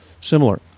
Similar